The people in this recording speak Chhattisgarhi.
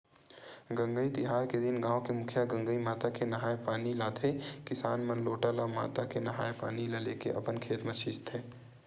गंगई तिहार के दिन गाँव के मुखिया गंगई माता के नंहाय पानी लाथे किसान मन लोटा म माता के नंहाय पानी ल लेके अपन खेत म छींचथे